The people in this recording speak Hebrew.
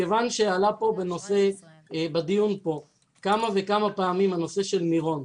כיוון שעלה פה בדיוק פה כמה וכמה פעמים הנושא של מירון,